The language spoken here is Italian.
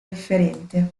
differente